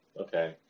Okay